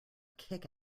kick